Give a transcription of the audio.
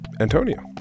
Antonio